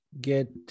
get